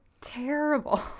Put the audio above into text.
terrible